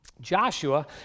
Joshua